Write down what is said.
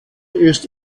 ist